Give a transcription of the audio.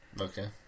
Okay